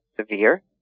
severe